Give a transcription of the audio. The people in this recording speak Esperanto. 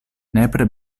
nepre